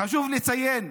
"חשוב לציין,